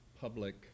public